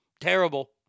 Terrible